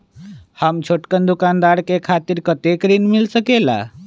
हम छोटकन दुकानदार के खातीर कतेक ऋण मिल सकेला?